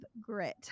grit